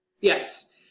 Yes